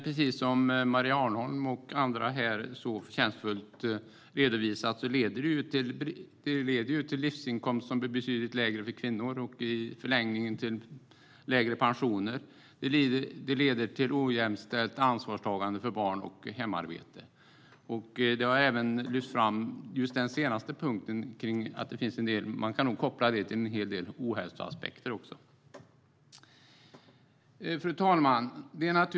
Precis som Maria Arnholm och andra så förtjänstfullt har redovisat leder det till en betydligt lägre livsinkomst för kvinnor och i förlängningen till lägre pensioner. Det leder till ojämställt ansvarstagande för barn och hemarbete. Den senare punkten kan nog också kopplas till en hel del ohälsoaspekter. Fru talman!